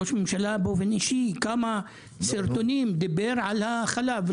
ראש ממשלה באופן אישי כמה סרטונים דיבר על החלב?